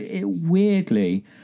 weirdly